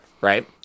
right